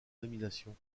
nomination